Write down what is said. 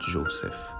Joseph